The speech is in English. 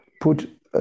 put